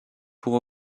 pour